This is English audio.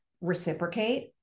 reciprocate